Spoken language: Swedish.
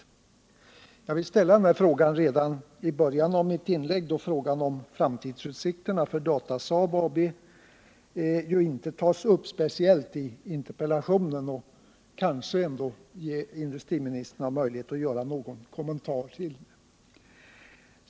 Jag vill fråga detta redan i början av mitt inlägg, då ju frågan om framtidsutsikterna för Datasaab AB inte tas upp speciellt i interpellationen. Industriministern kanske ändå har möjlighet att göra någon kommentar.